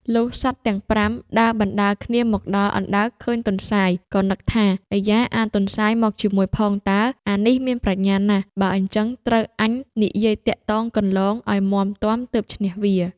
លុះសត្វទាំង៥ ដើរបណ្ដើរគ្នាមកដល់ អណ្ដើកឃើញទន្សាយ ក៏នឹកថា "អៃយ៉ា! អាទន្សាយមកជាមួយផងតើ អានេះមានប្រាជ្ញាណាស់ បើអីចឹងត្រូវអញនិយាយទាក់ទងគន្លងឲ្យមាំទាំទើបឈ្នះវា"។